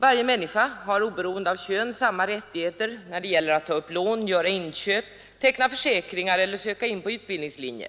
Varje människa har oavsett kön samma rättigheter när det gäller att ta upp lån, göra inköp, teckna försäkringar eller söka in på utbildningslinjer.